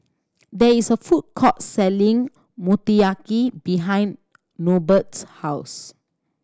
there is a food court selling Motoyaki behind Norbert's house